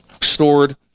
stored